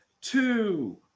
two